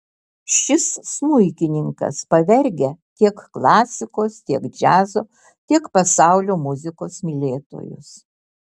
šis smuikininkas pavergia tiek klasikos tiek džiazo tiek pasaulio muzikos mylėtojus